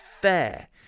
fair